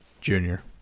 Junior